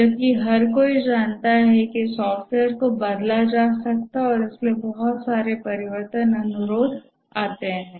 जबकि हर कोई जानता है कि सॉफ्टवेयर को बदला जा सकता है और इसलिए बहुत सारे परिवर्तन अनुरोध आते हैं